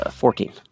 fourteen